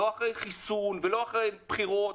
לא אחרי חיסון ולא אחרי בחירות.